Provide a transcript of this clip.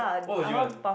what would you want